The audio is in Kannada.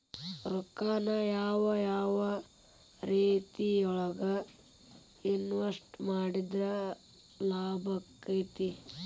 ರೊಕ್ಕಾನ ಯಾವ ಯಾವ ರೇತಿಯೊಳಗ ಇನ್ವೆಸ್ಟ್ ಮಾಡಿದ್ರ ಲಾಭಾಕ್ಕೆತಿ?